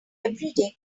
everyday